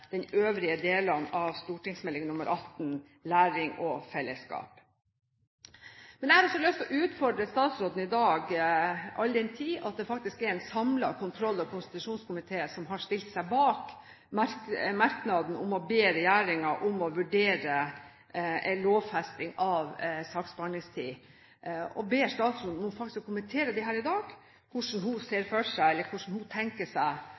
den tid det faktisk er en samlet kontroll- og konstitusjonskomité som har stilt seg bak merknaden om å be regjeringen om å vurdere en lovfesting av saksbehandlingstiden, og faktisk be henne om å kommentere hvordan hun tenker seg